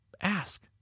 ask